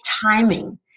timing